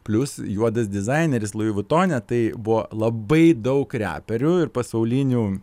plius juodas dizaineris lui vutone tai buvo labai daug reperių ir pasaulinių